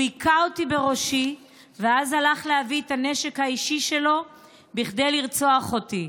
הוא הכה אותי בראשי ואז הלך להביא את הנשק האישי שלו כדי לרצוח אותי.